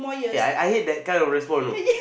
eh I I hate that kind of respond know